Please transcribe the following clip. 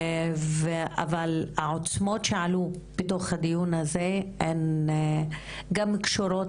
אבל העוצמות שעלו בתוך הדיון הזה הן גם קשורות